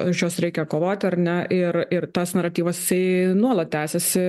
už juos reikia kovoti ar ne ir ir tas naratyvas jisai nuolat tęsiasi